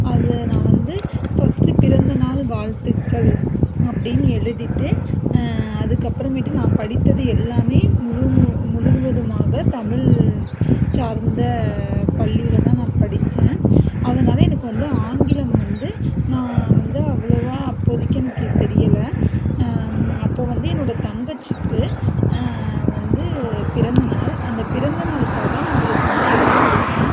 அதை நான் வந்து ஃபஸ்ட்டு பிறந்தநாள் வாழ்த்துக்கள் அப்படின்னு எழுதிட்டு அதுக்கப்புறமேட்டு நான் படித்தது எல்லாமே முழு மு முழுவதுமாக தமிழ் சார்ந்த பள்ளியில தான் நான் படிச்சேன் அதனால எனக்கு வந்து ஆங்கிலம் வந்து நான் வந்து அவ்வளோவா அப்போதைக்கி எனக்கு இது தெரியலை அப்போ வந்து என்னோடய தங்கச்சிக்கு வந்து பிறந்தநாள் அந்த பிறந்தநாளுக்காக நான் அவளுக்கு வந்து எழுதிக் கொடுத்தேன்